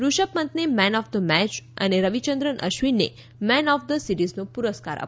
રૃષભપંતને man of the match અને રવિચંદ્રન અશ્વિનને મેન ઓફ ધ સીરીઝનો પુરસ્કાર અપાયો છે